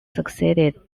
succeeded